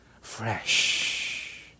fresh